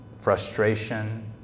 frustration